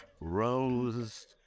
Rose